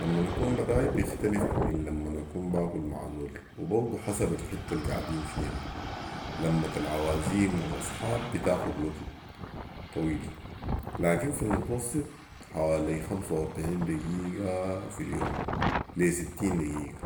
لمن اكون براي بيختلف من لمن اكون باكل مع زول وبرضو حسب الحته القاعدين فيها لمه العوازيم والاصحاب بتاخد وكت طويل لكن في المتوسط حوالي خمس واربعين دقيقه في اليوم لي ستين دقيقه